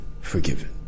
forgiven